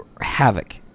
havoc